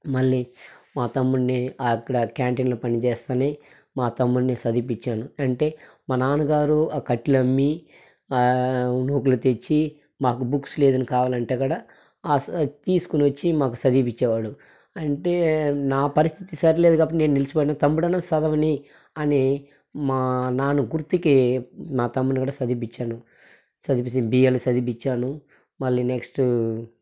మళ్ళీ మా తమ్ముడిని అక్కడ క్యాంటీన్లో పనిచేస్తానే మా తమ్ముడిని చదివిపించాను అంటే మా నాన్నగారు ఆ కట్లు అమ్మి ఆ నూకలు తెచ్చి మాకు బుక్స్ లేదని కావాలంటే కూడా తీసుకొని వచ్చి మాకు చదువుపించేవాడు అంటే నా పరిస్థితి సరిలేదు కాబట్టి నేను నిలిచిపోయాను తమ్ముడన్నా సదవని అని మా నాన్న గుర్తుకి నా తమ్ముని కూడా సదివిపించాను సదివిపించాను బిఏలో సదివిపించాను మళ్ళీ నెక్స్ట్